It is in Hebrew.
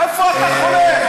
מאיפה אתה חולם?